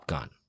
Gun